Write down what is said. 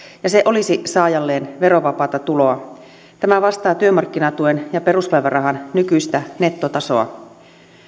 ja se olisi saajalleen verovapaata tuloa tämä vastaa työmarkkinatuen ja peruspäivärahan nykyistä nettotasoa